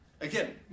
Again